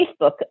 Facebook